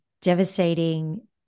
devastating